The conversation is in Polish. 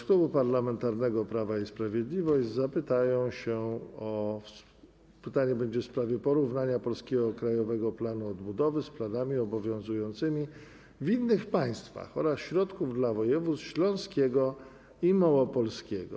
z Klubu Parlamentarnego Prawo i Sprawiedliwość zapytają się, pytanie będzie w sprawie porównania polskiego Krajowego Planu Odbudowy z planami obowiązującymi w innych państwach oraz środków dla województw śląskiego i małopolskiego.